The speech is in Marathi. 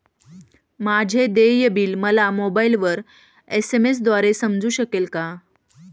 माझे देय बिल मला मोबाइलवर एस.एम.एस द्वारे समजू शकेल का?